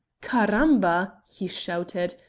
caramba! he shouted.